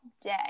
day